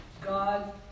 God